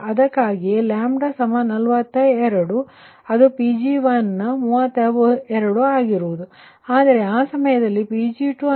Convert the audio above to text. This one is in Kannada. ಅದಕ್ಕಾಗಿಯೇ42 ಅದು Pg1ವು 32 ಆಗಿರುತ್ತದೆ ಆದರೆ ಆ ಸಮಯದಲ್ಲಿ Pg2 ಅಂದರೆ 27